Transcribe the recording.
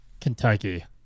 Kentucky